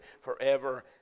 forever